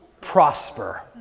prosper